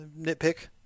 nitpick